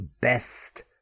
Best